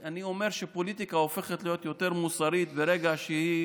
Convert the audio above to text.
אני אומר שפוליטיקה הופכת להיות יותר מוסרית ברגע שהיא